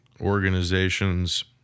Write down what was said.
organization's